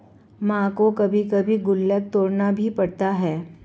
मां को कभी कभी गुल्लक तोड़ना भी पड़ता है